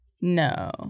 No